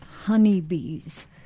honeybees